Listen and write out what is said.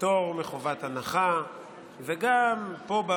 פטור מחובת הנחה וגם פה,